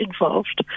involved